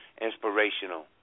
Inspirational